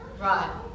Right